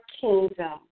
kingdom